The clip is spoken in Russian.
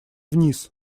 вниз